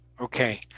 Okay